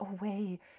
away